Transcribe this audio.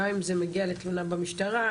גם אם זה מגיע לתלונה במשטרה,